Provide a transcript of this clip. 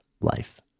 life